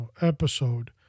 episode